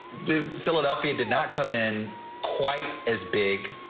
the philadelphia did not come in quite as big.